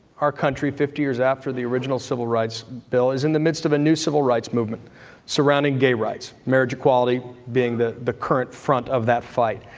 our country, fifty years after the original civil rights bill is in the midst of a new civil rights movement surrounding gay rights, marriage equality being the the current front of that fight.